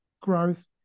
growth